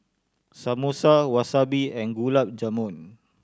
Samosa Wasabi and Gulab Jamun